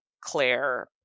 claire